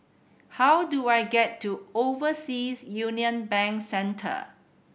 how do I get to Overseas Union Bank Centre